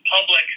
public